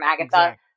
Agatha